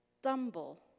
stumble